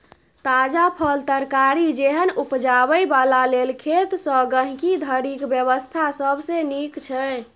ताजा फल, तरकारी जेहन उपजाबै बला लेल खेत सँ गहिंकी धरिक व्यवस्था सबसे नीक छै